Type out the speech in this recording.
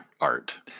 art